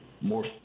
more